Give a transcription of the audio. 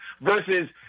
versus